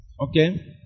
Okay